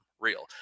real